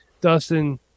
Dustin